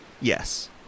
Yes